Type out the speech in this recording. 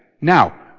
now